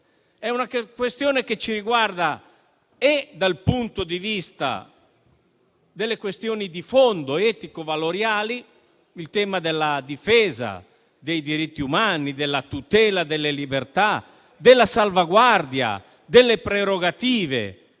è una questione che ci riguarda. Ci riguarda innanzitutto dal punto di vista delle questioni di fondo etico-valoriali: il tema della difesa dei diritti umani, della tutela delle libertà, della salvaguardia delle prerogative